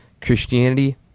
Christianity